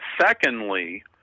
secondly